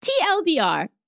TLDR